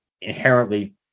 inherently